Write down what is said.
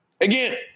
Again